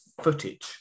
footage